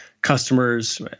customers